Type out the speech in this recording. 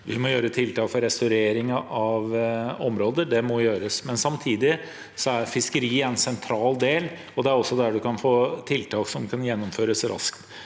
Vi må gjøre tiltak for restaurering av områder. Det må gjøres. Samtidig er fiskeri en sentral del, og det er også der man kan få tiltak som kan gjennomføres raskt.